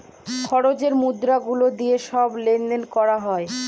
খুচরো মুদ্রা গুলো দিয়ে সব লেনদেন করানো হয়